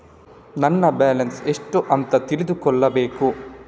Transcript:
ನನ್ನ ಬ್ಯಾಲೆನ್ಸ್ ಎಷ್ಟು ಅಂತ ತಿಳಿದುಕೊಳ್ಳಬೇಕು?